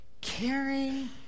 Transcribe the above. caring